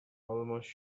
almost